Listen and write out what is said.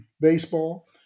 Baseball